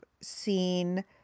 seen